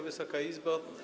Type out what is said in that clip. Wysoka Izbo!